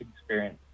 experience